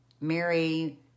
Mary